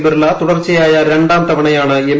ബിർള തുടർച്ചയായ രണ്ടാം തവണയാണ് എം